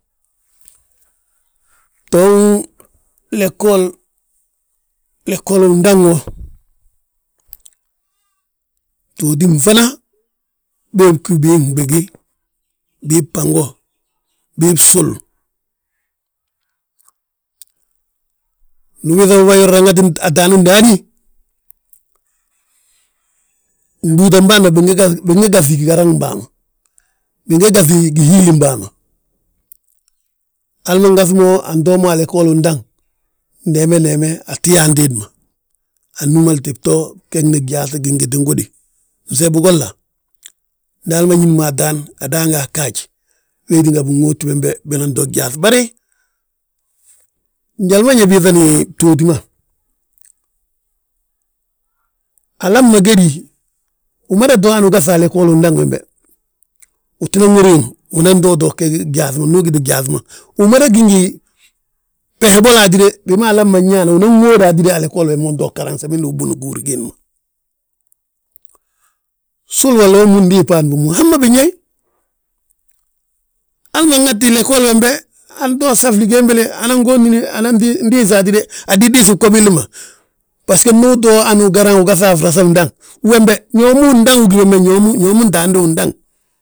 Btoon leggol, leggol undaŋ wo, btooti mfana bee bgíw bii fnɓigi, bii bango, bii bsul. Ndu ubiiŧa yoorna ŋati ataani ndaani, gbúutan bân, binge gaŧi garaŋn bàa ma, binge gaŧi gihiilin bàa ma. Hal ma ngaŧu mo, antoo mo a leggol undaŋ ndeme ndeeme aa tti yaanti hemma. Annúmalite geni gyaaŧ gingitin gudi, fnse bigolla, ndi hal ma ñín mo ataan, adaangaa ggaaj, wee tínga binwódti bembe binan to gyaaŧ. Bari, njali ma ñe biiŧani btooti ma, alami ma gédi, umada to hanu ugaŧta a leggol undaŋ wembe. Uu tinan wi riŋ uto, uto geg gyaaŧ, ndu ugiti gyaaŧi ma, umada gí ngi bbehe bolo hatide bima alam ma nñaana unan ŋóode hatide, a leggol wembe unto garaŋ samindi ubuni gihúri giindi ma. Sulu wolla wo ndiis bâan bommu hamma, binyaayi. Hal ma nŋati leggol wembe, anto safli gembele, unan gontine, anan diisi hatide, adidiisi bgo billi ma. Basgo ndu uto hanu ugaraŋ ugaŧa a frasa fndaŋ. Wembe ñoomu undaŋ ugí bembe, ñoomu ntaande undaŋ.